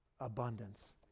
abundance